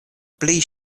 pli